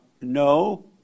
no